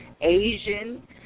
Asian